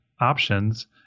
options